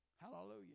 Hallelujah